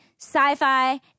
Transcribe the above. sci-fi